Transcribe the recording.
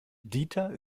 dieter